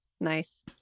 Nice